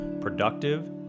productive